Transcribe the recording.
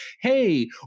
hey